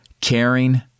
caring